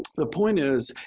the point is,